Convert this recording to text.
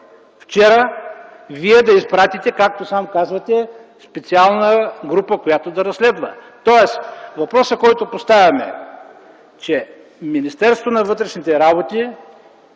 вчера, Вие да изпратите, както сам казахте, специална група, която да разследва?! Въпросът, който поставям, е, че в Министерството на вътрешните работи